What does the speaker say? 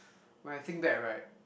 when I think that right